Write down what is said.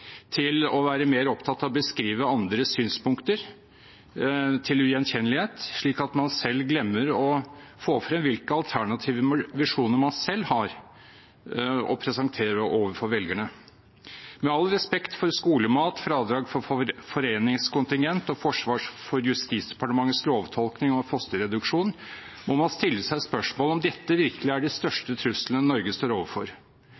til å være smålig og mer opptatt av å beskrive andres synspunkter til det ugjenkjennelige, slik at man selv glemmer å få frem hvilke alternative visjoner man selv har å presentere for velgerne. Med all respekt for skolemat, fradrag for foreningskontingent og forsvar av Justis- og beredskapsdepartementets lovtolkning om fosterreduksjon, må man stille seg spørsmålet om dette virkelig er de største truslene Norge står overfor.